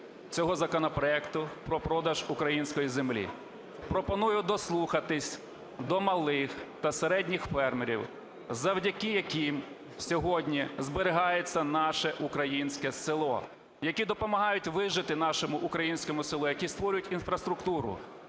цього законопроекту про продаж української землі. Пропоную дослухатись до малих та середніх фермерів, завдяки яким сьогодні зберігається наше українське село, які допомагають вижити нашому українському селу, які створюють інфраструктуру.